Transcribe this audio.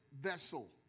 vessel